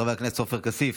חבר הכנסת עופר כסיף,